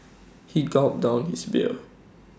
he gulped down his beer